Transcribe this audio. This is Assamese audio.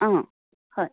অঁ হয়